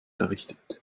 errichtet